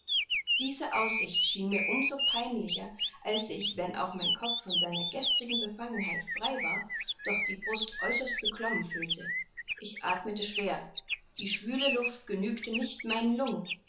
diese aussicht schien mir um so peinlicher als ich wenn auch mein kopf von seiner gestrigen befangenheit frei war doch die brust äußerst beklommen fühlte ich athmete schwer die schwüle luft genügte nicht meinen lungen